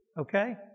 okay